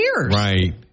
Right